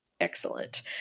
excellent